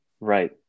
right